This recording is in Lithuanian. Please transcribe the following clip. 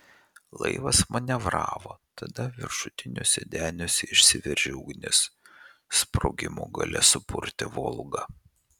laivas manevravo tada viršutiniuose deniuose išsiveržė ugnis sprogimo galia supurtė volgą